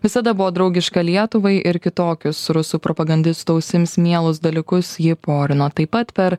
visada buvo draugiška lietuvai ir kitokius rusų propagandistų ausims mielus dalykus ji porino taip pat per